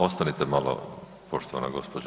Ostanite malo poštovana gđo.